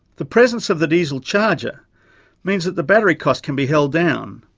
the presence of the diesel charger means that the battery cost can be held down.